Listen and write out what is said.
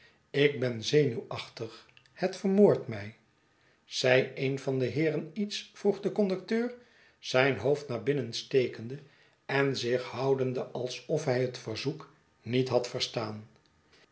ik ben zenuwachtig het vermoordt my zei een van de heeren iets vroeg de conducteur zijn hoofd naar binnen stekende en zich houdende alsof hij het verzoek niet had verstaan